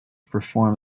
perform